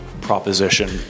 proposition